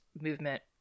movement